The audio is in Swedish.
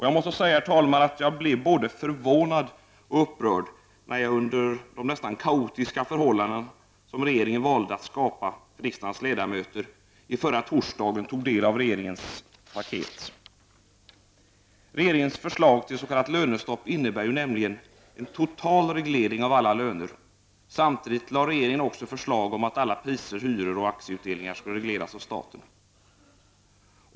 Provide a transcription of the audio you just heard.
Jag måste, herr talman, säga att jag blev både förvånad och upprörd när jag under de närmast kaotiska förhållanden som regeringen valde att skapa för riksdagens ledamöter förra torsdagen tog del av regeringens ”paket”. Regeringens förslag till s.k. lönestopp innebär nämligen en total statlig reglering av alla löner. Samtidigt lade regeringen också fram förslag om att alla priser, hyror och aktieutdelningar skall regleras av staten.